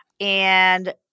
and-